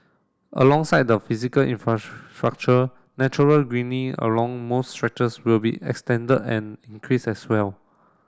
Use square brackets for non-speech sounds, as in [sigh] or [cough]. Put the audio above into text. alongside the physical [unintelligible] natural [unintelligible] along most stretches will be extended and increased as well